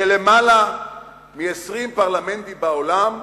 של למעלה מ-20 פרלמנטים בעולם,